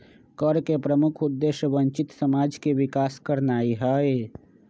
कर के प्रमुख उद्देश्य वंचित समाज के विकास करनाइ हइ